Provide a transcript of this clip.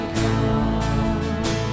come